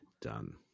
Done